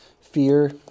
fear